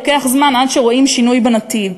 לוקח זמן עד שרואים שינוי בנתיב.